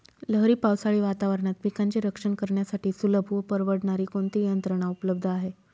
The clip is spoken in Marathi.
लहरी पावसाळी वातावरणात पिकांचे रक्षण करण्यासाठी सुलभ व परवडणारी कोणती यंत्रणा उपलब्ध आहे?